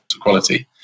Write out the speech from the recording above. quality